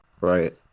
right